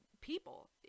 people